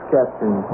Captain